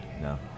no